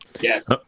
yes